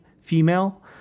female